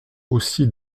aussi